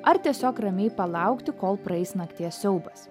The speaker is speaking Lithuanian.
ar tiesiog ramiai palaukti kol praeis nakties siaubas